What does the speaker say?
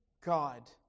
God